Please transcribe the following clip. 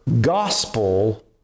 gospel